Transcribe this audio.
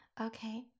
okay